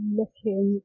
looking